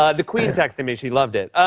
ah the queen texted me. she loved it.